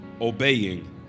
obeying